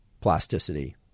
plasticity